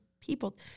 people